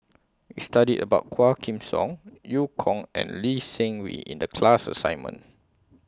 We studied about Quah Kim Song EU Kong and Lee Seng Wee in The class assignment